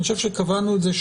אני חושב שקבענו את זה,